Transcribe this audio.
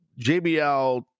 JBL